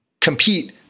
compete